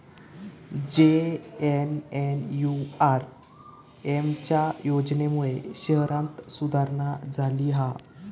JNNURM च्या योजनेमुळे शहरांत सुधारणा झाली हा